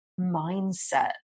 mindset